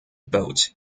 boat